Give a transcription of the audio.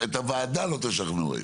את הוועדה לא תשכנעו היום,